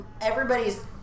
everybody's